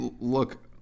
look